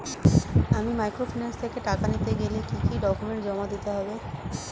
আমি মাইক্রোফিন্যান্স থেকে টাকা নিতে গেলে কি কি ডকুমেন্টস জমা দিতে হবে?